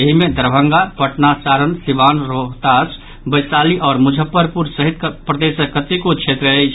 एहि मे दरभंगा पटना सारण सीवान रोहतास वैशाली आओर मुजफ्फरपुर सहित प्रदेशक कतेको क्षेत्र अछि